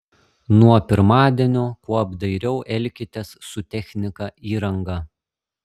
nuo pirmadienio kuo apdairiau elkitės su technika įranga